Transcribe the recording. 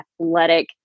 athletic